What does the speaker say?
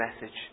message